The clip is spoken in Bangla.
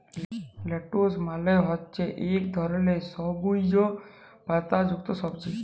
লেটুস মালে হছে ইক ধরলের সবুইজ পাতা যুক্ত সবজি